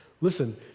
Listen